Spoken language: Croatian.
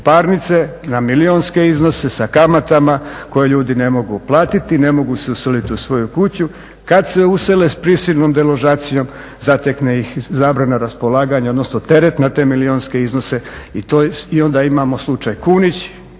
na milijunske iznose sa kamatama koje ljudi ne mogu platiti, ne mogu se useliti u svoju kuću. Kad se usele prisilnom deložacijom zatekne ih zabrana raspolaganja, odnosno teret na te milijunske iznose i onda imamo slučaj Kunić,